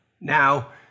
Now